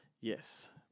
Yes